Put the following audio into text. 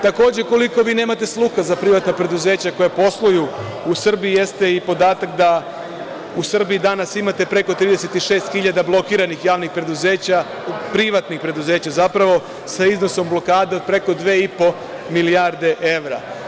Takođe, koliko vi nemate sluha za privatna preduzeća koja posluju u Srbiji jeste i podatak da u Srbiji danas imate preko 36.000 blokiranih javnih preduzeća, privatnih preduzeća zapravo, sa iznosom blokade od preko 2,5 milijarde evra.